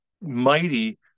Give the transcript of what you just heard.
mighty